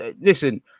listen